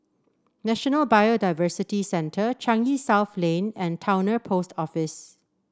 National Biodiversity Centre Changi South Lane and Towner Post Office